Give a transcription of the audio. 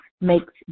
makes